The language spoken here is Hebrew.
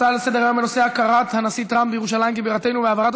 הצעה לסדר-היום בנושא: הכרת הנשיא טראמפ בירושלים כבירתנו והעברת